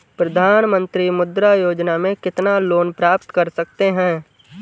प्रधानमंत्री मुद्रा योजना में कितना लोंन प्राप्त कर सकते हैं?